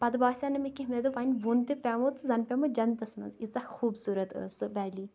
پَتہٕ باسیو نہٕ مےٚ کینہہ مےٚ دوٚپ وۄنۍ بۄن تہِ پیٚمو تہٕ زن پیٚمو جَنتس منٛز یٖژاہ خوٗبصورت ٲس سۄ ویلی